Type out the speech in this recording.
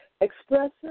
Expressive